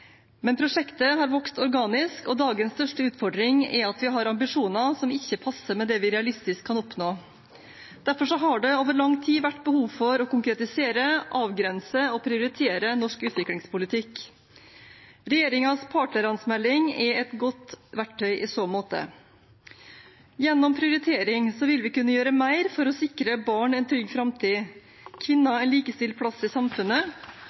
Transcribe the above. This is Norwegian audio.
men prosjektet har vokst organisk, og dagens største utfordring er at vi har ambisjoner som ikke passer med det vi realistisk kan oppnå. Derfor har det over lang tid vært behov for å konkretisere, avgrense og prioritere norsk utviklingspolitikk. Regjeringens partnerlandsmelding er et godt verktøy i så måte. Gjennom prioritering vil vi kunne gjøre mer for å sikre barn en trygg framtid, kvinner en likestilt plass i samfunnet